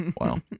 Wow